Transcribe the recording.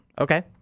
Okay